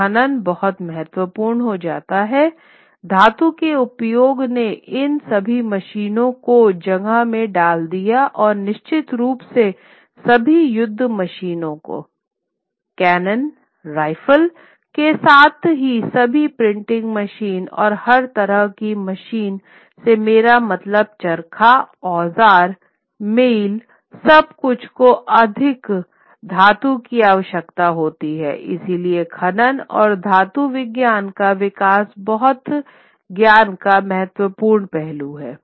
तो खनन बहुत महत्वपूर्ण हो जाता है धातु के उपयोग ने इन सभी मशीनों को जगह में डाल दिया और निश्चित रूप से सभी युद्ध मशीनों को कैनन राइफल के साथ ही सभी प्रिंटिंग मशीन और हर तरह की मशीन से मेरा मतलब चरखा औजार मिलसब कुछ को बहुत अधिक धातु की आवश्यकता होती है इसलिए खनन और धातु विज्ञान का विकास बहुत ज्ञान का महत्वपूर्ण पहलू है